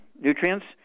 nutrients